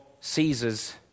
Caesar's